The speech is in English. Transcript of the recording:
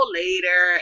later